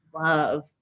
Love